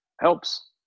helps